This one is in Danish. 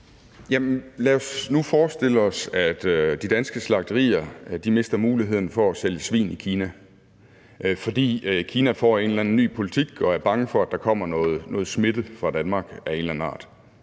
Lad os nu forestille os, at de danske slagterier mister muligheden for at sælge svin i Kina, fordi Kina får en eller anden ny politik og er bange for, at der kommer noget smitte fra Danmark af en eller anden art.